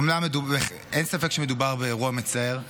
אומנם אין ספק שמדובר באירוע מצער,